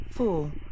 four